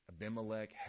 Abimelech